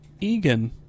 egan